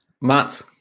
Matt